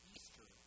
Easter